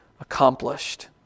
accomplished